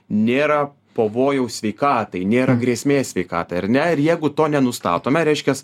nėra pavojaus sveikatai nėra grėsmės sveikatai ar ne ir jeigu to nenustatome reiškias